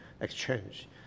exchange